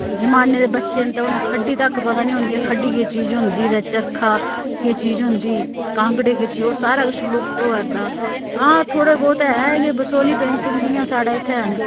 जमाने दे बच्चे न तां उनें खड्डी तक पता नी होनी कि खड्डी केह् चीज होंदी ते चरखा केह् चीज होंदी कांगड़ी केह् चीज ओह् सारा किश लुप्त होआ दा हां थोह्ड़ा बौह्त ऐ कि बसौह्ली पेंटिंग जियां साढ़ै इत्थै